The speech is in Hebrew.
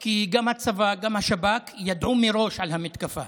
כי גם הצבא, גם השב"כ, ידעו מראש על המתקפה.